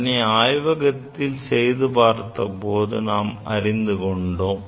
அதனை ஆய்வகத்தில் செய்து பார்த்தபோது நாம் அறிந்து கொண்டோம்